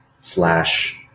slash